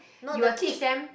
you will teach them